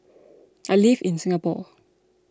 I live in Singapore